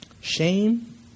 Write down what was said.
Shame